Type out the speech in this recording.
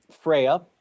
Freya